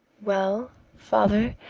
well, father,